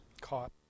caught